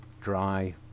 dry